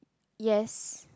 yes